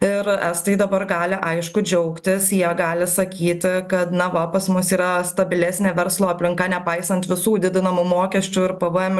ir estai dabar gali aišku džiaugtis jie gali sakyti kad na va pas mus yra stabilesnė verslo aplinka nepaisant visų didinamų mokesčių ir pvm